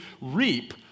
reap